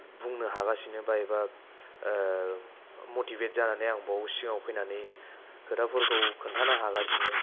बुंनो हागासिनो बा एबा मतिभेत जानानै आं बेयाव सिगाङाव फैनानै खोथाफोरखौ खोन्थानो हागासिनो